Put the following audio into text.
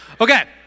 Okay